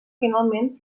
finalment